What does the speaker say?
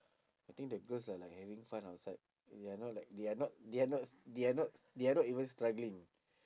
I think the girls are like having fun outside they are not like they are not they are not they are not they are not even struggling